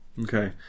Okay